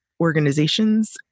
organizations